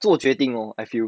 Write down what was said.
做决定 lor I feel